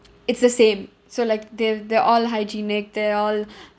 it's the same so like they they're all hygienic they're all